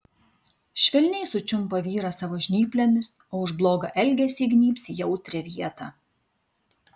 švelniai sučiumpa vyrą savo žnyplėmis o už blogą elgesį įgnybs į jautrią vietą